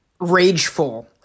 rageful